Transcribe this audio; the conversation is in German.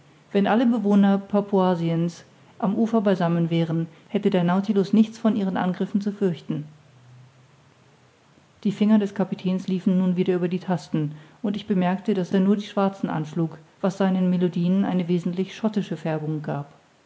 wenn alle bewohner papuasiens am ufer beisammen wären hätte der nautilus nichts von ihren angriffen zu fürchten die finger des kapitäns liefen nun wieder über die tasten und ich bemerkte daß er nur die schwarzen anschlug was seinen melodien eine wesentlich schottische färbung gab